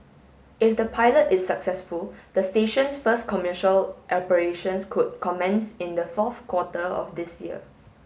if the pilot is successful the station's first commercial operations could commence in the fourth quarter of this year